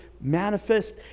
manifest